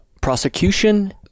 prosecution